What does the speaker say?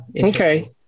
okay